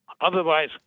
Otherwise